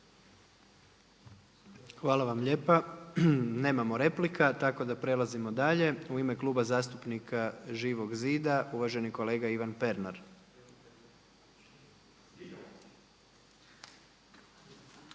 Hvala vam lijepa. Nemamo replika tako da prelazimo dalje. U ime Kluba zastupnika Živog zida uvaženi kolega Ivan Pernar.